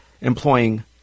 employing